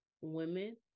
women